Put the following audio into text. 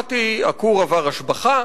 הרווחת היא: הכור עבר השבחה,